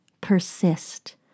persist